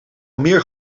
meer